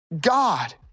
God